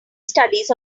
studies